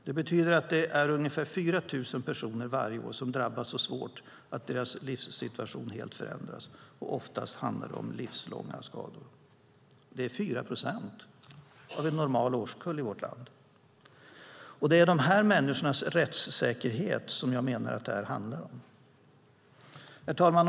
Det betyder att ungefär 4 000 personer varje år drabbas så svårt att deras livssituation helt förändras och oftast handlar det om livslånga skador. Det är 4 procent av en normal årskull i vårt land. Det är dessa människors rättssäkerhet den här frågan handlar om. Herr talman!